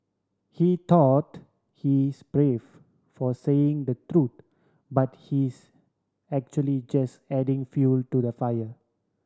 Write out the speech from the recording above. he thought he's brave for saying the truth but he's actually just adding fuel to the fire